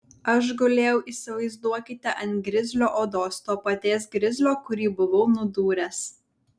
aš gulėjau įsivaizduokite ant grizlio odos to paties grizlio kurį buvau nudūręs